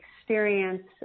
experience